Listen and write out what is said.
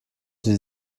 die